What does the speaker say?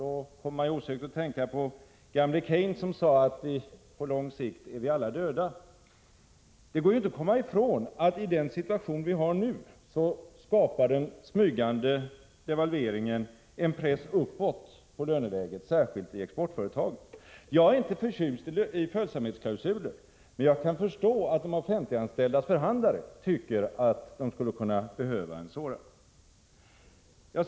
Då kommer jag osökt att tänka på gamle Keynes, som sade att på lång sikt är vi alla döda. Det går inte att komma ifrån att i den situation vi har nu skapar den smygande devalveringen en press uppåt på löneläget, särskilt i exportföretagen. Jag är inte förtjust i följsamhetsklausuler, men jag kan förstå att de offentliganställdas förhandlare tycker att de skulle kunna behöva en sådan.